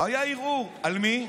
היה ערעור, על מה?